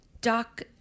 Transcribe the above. Doc